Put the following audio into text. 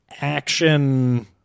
action